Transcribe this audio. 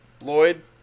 Lloyd